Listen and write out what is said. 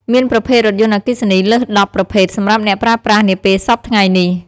មានប្រភេទរថយន្តអគ្គិសនីលើស ១០ ប្រភេទសម្រាប់អ្នកប្រើប្រាស់នាពេលសព្វថ្ងៃនេះ។